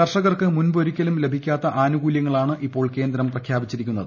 കർഷകർക്ക് മുൻപൊരി ക്കലും ലഭിക്കാത്ത ആനുകൂല്യങ്ങളാണ് ഇപ്പോൾ കേന്ദ്രം പ്രഖ്യാപിച്ചിരിക്കുന്നത്